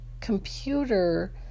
computer